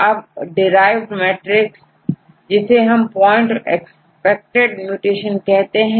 अब derived matrix जिसे हम पॉइंट एक्सेप्टेड म्यूटेशन कहते हैं